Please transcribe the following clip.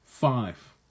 Five